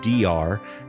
Dr